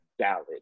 valid